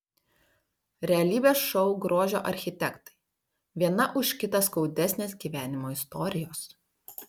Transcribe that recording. realybės šou grožio architektai viena už kitą skaudesnės gyvenimo istorijos